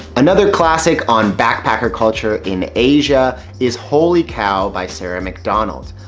another classic on backpacker culture in asia is holy cow by sarah macdonald.